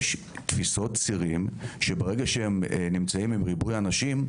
יש תפיסות צירים שברגע שהם נמצאים עם ריבוי אנשים,